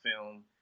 film